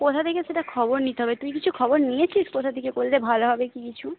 কোথা থেকে সেটা খবর নিতে হবে তুই কিছু খবর নিয়েছিস কোথা থেকে করলে ভাল হবে কী কিছু